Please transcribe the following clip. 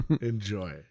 enjoy